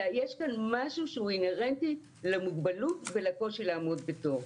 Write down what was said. אלא יש כאן משהו שהוא אינהרנטי למוגבלות ולקושי לעמוד בתור.